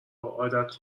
عادت